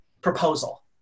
proposal